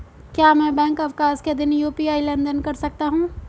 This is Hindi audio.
क्या मैं बैंक अवकाश के दिन यू.पी.आई लेनदेन कर सकता हूँ?